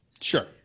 Sure